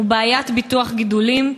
ובעיית ביטוח גידולים.